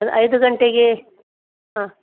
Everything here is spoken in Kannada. ಅದು ಐದು ಗಂಟೆಗೆ ಹಾಂ